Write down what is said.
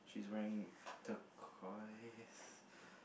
she's wearing turquiose